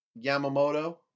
Yamamoto